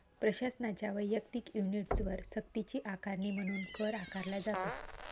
प्रशासनाच्या वैयक्तिक युनिट्सवर सक्तीची आकारणी म्हणून कर आकारला जातो